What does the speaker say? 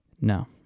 No